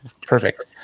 Perfect